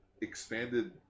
expanded